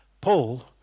Paul